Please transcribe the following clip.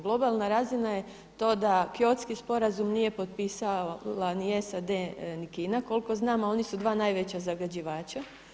Globalna razina je to da Kyotski sporazum nije potpisala ni SAD, ni Kina koliko znam, a oni su dva najveća zagađivača.